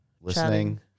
listening